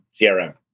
CRM